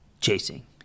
chasing